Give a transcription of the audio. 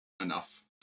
enough